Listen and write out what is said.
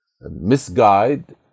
misguide